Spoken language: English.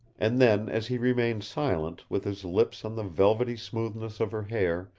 and then, as he remained silent, with his lips on the velvety smoothness of her hair,